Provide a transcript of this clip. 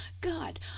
God